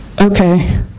Okay